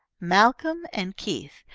malcolm and keith,